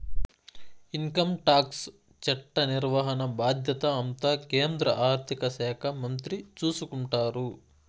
income tax చట్ట నిర్వహణ బాధ్యత అంతా కేంద్ర ఆర్థిక శాఖ మంత్రి చూసుకుంటారు